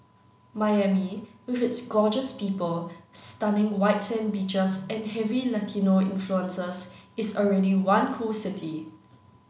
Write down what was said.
Miami with its gorgeous people stunning white sand beaches and heavy Latino influences is already one cool city